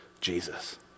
Jesus